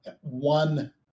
one